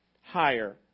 higher